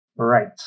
Right